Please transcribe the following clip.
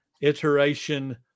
iteration